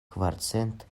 kvarcent